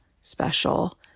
special